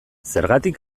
zergatik